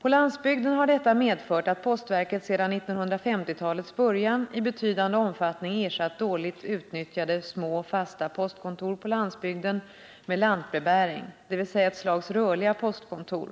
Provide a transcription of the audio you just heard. På landsbygden har detta medfört att postverket sedan 1950-talets början i betydande omfattning ersatt dåligt utnyttjade, små fasta postkontor på landsbygden med lantbrevbäring, dvs. ett slags rörliga postkontor.